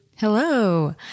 Hello